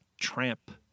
Tramp